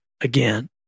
again